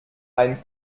ein